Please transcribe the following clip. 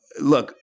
look